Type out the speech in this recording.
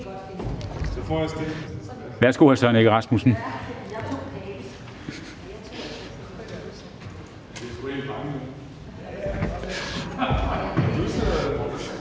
er hr. Søren Egge Rasmussen.